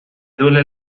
duele